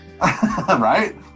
Right